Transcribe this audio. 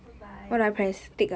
bye bye